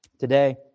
today